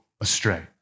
astray